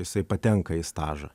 jisai patenka į stažą